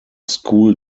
school